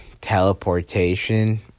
teleportation